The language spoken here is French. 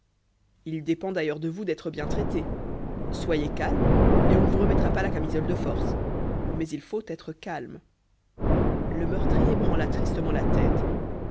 il dépend d'ailleurs de vous d'être bien traité soyez calme et on ne vous remettra pas la camisole de force mais il faut être calme le meurtrier branla tristement la tête